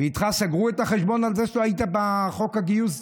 ואיתך סגרו את החשבון על זה שלא היית בחוק הגיוס?